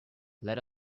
let